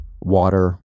water